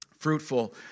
Fruitful